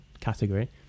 category